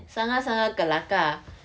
sangat sangat kelakar